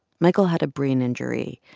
michael had a brain injury,